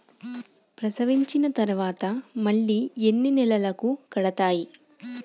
ప్రసవించిన తర్వాత మళ్ళీ ఎన్ని నెలలకు కడతాయి?